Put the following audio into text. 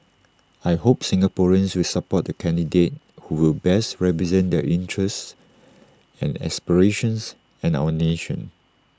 I hope Singaporeans will support the candidate who will best represent their interests and aspirations and our nation